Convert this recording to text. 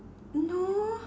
no